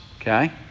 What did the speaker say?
okay